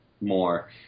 more